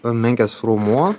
menkės raumuo